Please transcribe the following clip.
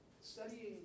studying